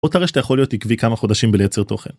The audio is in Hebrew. בא תראה שאתה יכול להיות עקבי כמה חודשים בלייצר תוכן.